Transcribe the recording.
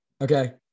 Okay